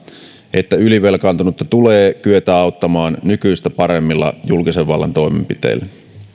että ylivelkaantunutta tulee kyetä auttamaan nykyistä paremmilla julkisen vallan toimenpiteillä